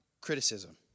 criticism